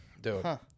dude